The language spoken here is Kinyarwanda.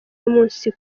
umunsi